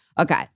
Okay